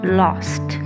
lost